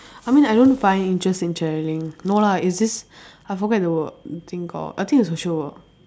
I mean I don't find interest in travelling no lah it's just I forget the work think uh I think it's social work